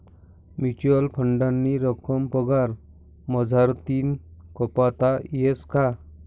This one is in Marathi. म्युच्युअल फंडनी रक्कम पगार मझारतीन कापता येस का?